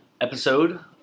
episode